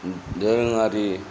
दोरोङारि